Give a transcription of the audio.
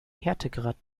härtegrad